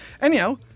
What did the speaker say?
Anyhow